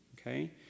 Okay